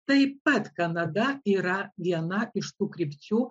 taip pat kanada yra viena iš tų krypčių